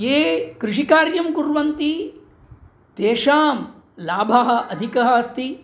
ये कृषिकार्यं कुर्वन्ति तेषां लाभः अधिकः अस्ति